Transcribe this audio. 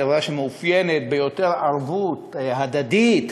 חברה שמתאפיינת ביותר ערבות הדדית,